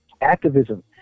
Activism